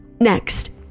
Next